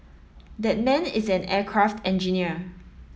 that man is an aircraft engineer